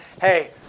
hey